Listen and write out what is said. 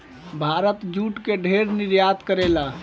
Bharat jute के ढेर निर्यात करेला